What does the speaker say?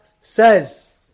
says